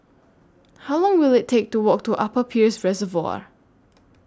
How Long Will IT Take to Walk to Upper Peirce Reservoir